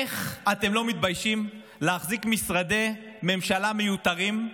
איך אתם לא מתביישים להחזיק משרדי ממשלה מיותרים,